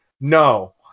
No